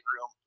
room